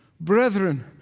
brethren